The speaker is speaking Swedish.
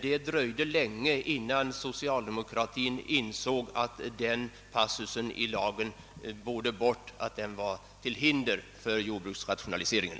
Det dröjde länge innan socialdemokraterna insåg att denna passus i lagen borde bort — att den var till hinders för jordbruksrationaliseringen.